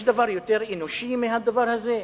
יש דבר יותר אנושי מהדבר הזה?